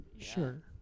Sure